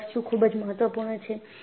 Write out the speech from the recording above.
એ વસ્તુ ખૂબ જ મહત્વપૂર્ણ છે